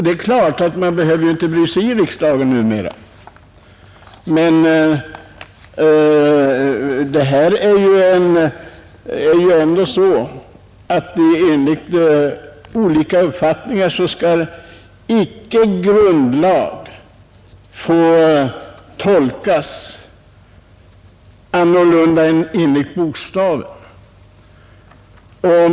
Det är klart att man inte behöver bry sig om riksdagen numera, men det är ju ändå så att grundlag icke bör få tolkas annorlunda än enligt bokstaven.